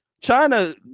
China